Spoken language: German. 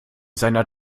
seiner